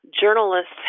journalists